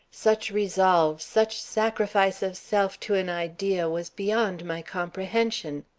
such resolve, such sacrifice of self to an idea was beyond my comprehension.